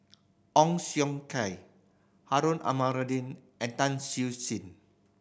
Ong Siong Kai Harun Aminurrashid and Tan Siew Sin